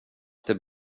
till